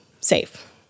safe